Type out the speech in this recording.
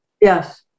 Yes